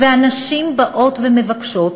והנשים באות ומבקשות,